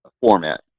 format